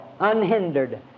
Unhindered